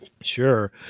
Sure